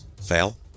Fail